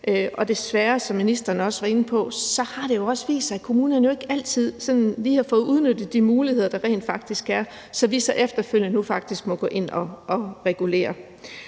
har det jo, som ministeren også var inde på, også vist sig, at kommunerne ikke altid sådan lige har fået udnyttet de muligheder, der rent faktisk er, hvilket så gør, at vi nu her efterfølgende faktisk må gå ind og regulere.